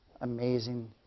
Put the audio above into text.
amazing